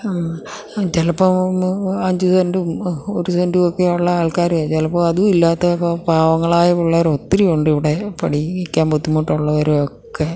ആ ചിലപ്പോള് അഞ്ച് സെൻ്റും ഒരു സെൻ്റുമൊക്കെയുള്ള ആൾക്കാര് ചിലപ്പോള് അതുമില്ലാത്ത ഇപ്പം പാവങ്ങളായ പിള്ളേര് ഒത്തിരിയുണ്ടിവിടെ പഠിക്കാൻ ബുദ്ധിമുട്ടുള്ളവരുമൊക്കെ